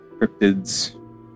Cryptids